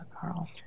Carl